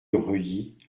reuilly